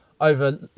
over